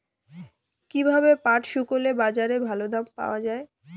কীভাবে পাট শুকোলে বাজারে ভালো দাম পাওয়া য়ায়?